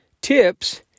tips